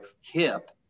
hip